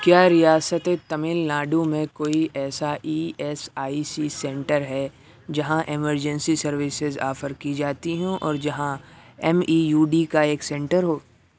کیا ریاستِ تمل ناڈو میں کوئی ایسا E S I C centre ہے جہاں ایمرجنسی سروسز آفر کی جاتی ہوں اور جہاں ایم ای یو ڈی کا ایک سینٹر ہو